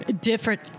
different